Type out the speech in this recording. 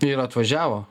ir atvažiavo